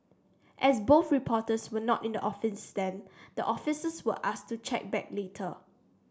as both reporters were not in the office then the officers were asked to check back later